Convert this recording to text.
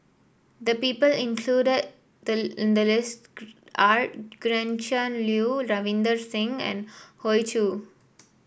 the people included the in the list are Gretchen Liu Ravinder Singh and Hoey Choo